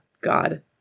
God